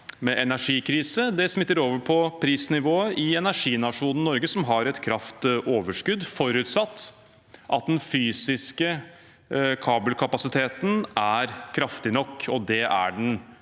energikrise smitter over på prisnivået i energinasjonen Norge, som har et kraftoverskudd, forutsatt at den fysiske kabelkapasiteten er kraftig nok,